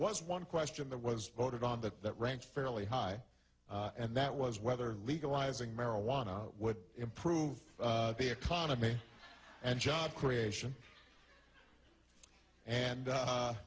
was one question that was voted on that that ranked fairly high and that was whether legalizing marijuana would improve the economy and job creation and